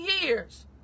years